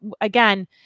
again